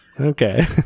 okay